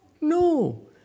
No